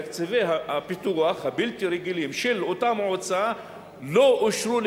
תקציבי הפיתוח הבלתי-רגילים של אותה מועצה לא אושרו.